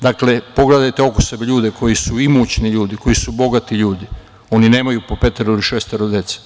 Dakle, pogledajte oko sebe ljude koji su imućni, koji su bogati ljudi, oni nemaju po petoro ili šestoro dece.